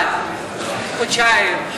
אבל חודשיים?